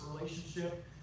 relationship